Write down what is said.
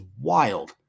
wild